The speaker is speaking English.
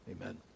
Amen